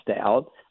out